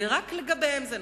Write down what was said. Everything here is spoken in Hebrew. ורק לגביהם זה נכון.